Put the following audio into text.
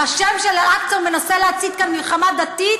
בשם של אל-אקצא הוא מנסה להצית כאן מלחמה דתית,